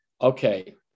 okay